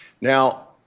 Now